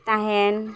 ᱛᱟᱦᱮᱱ